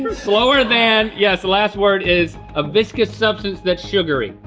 slower than, yes the last word is a viscous substance that's sugary.